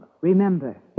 Remember